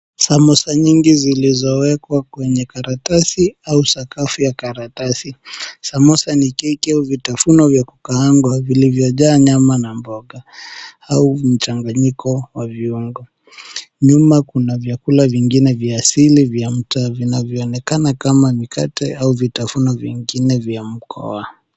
Samosa nyingi zilizowekwa kwenye karatasi au sakafu ya karatasi samosa ni keki au vitafuno vya kukaangwa vilivyojaa nyama na mboga au mchanganyiko wa viungo, nyuma kuna vyakula vingine vya asili vya mtaa vinayoonekana kama mikate au vitafuno vingine vya mkoa.